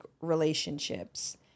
relationships